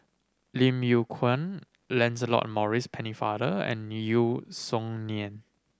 Lim Yew Kuan Lancelot Maurice Pennefather and Yeo Song Nian